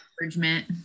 encouragement